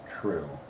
true